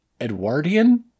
Edwardian